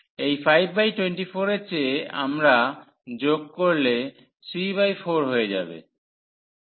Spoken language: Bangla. এই 524 এর চেয়ে আমরা যোগ করলে 38 হয়ে যাবে